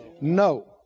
No